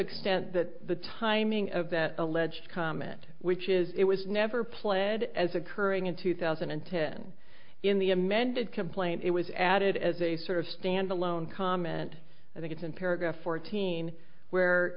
that the timing of that alleged comment which is it was never pled as occurring in two thousand and ten in the amended complaint it was added as a sort of stand alone comment i think it's in paragraph fourteen where